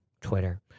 Twitter